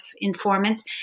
informants